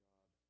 God